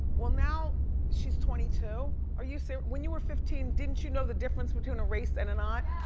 well, now she's twenty two. are you serious? so when you were fifteen, didn't you know the difference between a race and and um a